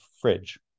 fridge